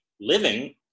living